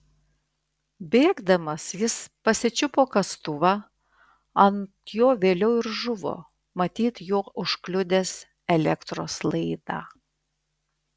bėgdamas jis pasičiupo kastuvą ant jo vėliau ir žuvo matyt juo užkliudęs elektros laidą